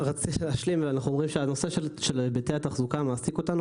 הנושא של היבטי התחזוקה מעסיק אותנו,